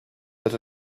that